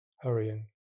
hurrying